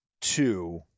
two